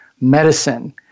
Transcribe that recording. medicine